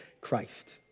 Christ